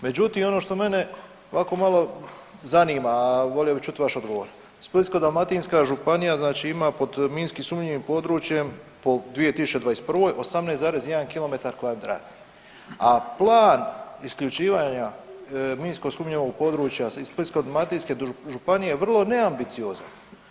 Međutim, ono što mene ovako malo zanima, a volio bi čut vaš odgovor, Splitsko-dalmatinska županija ima pod minski sumnjivim područjem po 2021. 18,1 km2, a plan isključivanja minski sumnjivog područja iz Splitsko-dalmatinske županije je vrlo neambiciozan.